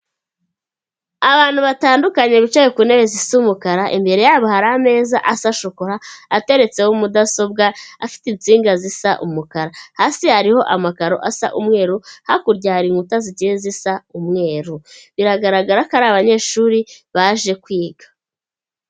Abantu batandukanye bicaye ku ntebe zisa umukara, imbere yabo hari ameza asa shokora ateretseho mudasobwa, afite insinga zisa umukara; hasi hariho amakaro asa umweru, hakurya hari inkuta zigiye zisa umweru; biragaragara ko ari abanyeshuri baje kwiga.